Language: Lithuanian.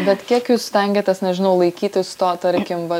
bet kiek jūs stengiatės nežinau laikytis to tarkim va